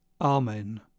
Amen